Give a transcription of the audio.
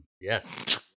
Yes